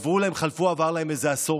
עבר לו איזה עשור,